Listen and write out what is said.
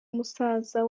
musaza